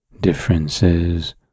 differences